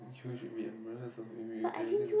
you should be embarrassed of if we everything is